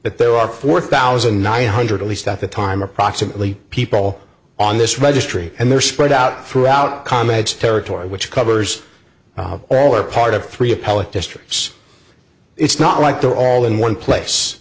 that there are four thousand nine hundred at least at the time approximately people on this registry and they're spread out throughout comments territory which covers all or part of three appellate districts it's not like they're all in one place